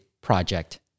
project